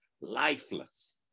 lifeless